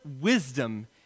wisdom